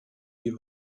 die